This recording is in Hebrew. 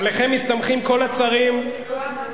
עליכם מסתמכים כל הצרים, כן.